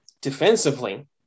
defensively